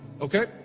Okay